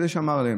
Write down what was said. וזה שמר עליהם.